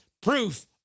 proof